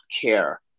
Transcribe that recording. care